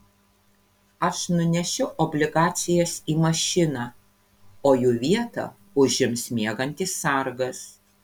aš nunešiu obligacijas į mašiną o jų vietą užims miegantis sargas